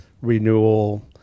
renewal